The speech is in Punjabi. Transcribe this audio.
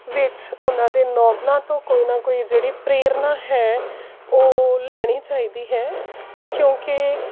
ਵਿੱਚ ਉਹਨਾਂ ਦੇ ਨੌਵਲਾਂ ਤੋਂ ਕੋਈ ਨਾ ਕੋਈ ਜਿਹੜੀ ਪ੍ਰੇਰਨਾ ਹੈ ਉਹ ਲੈਣੀ ਚਾਹੀਦੀ ਹੈ ਕਿਉਂਕਿ